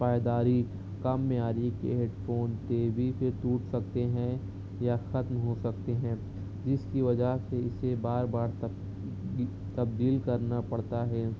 پائداری کم معیاری کے ہیڈ فون تیزی سے ٹوٹ سکتے ہیں یا ختم ہو سکتے ہیں جس کی وجہ سے اسے بار بار تبدیل کرنا پڑتا ہے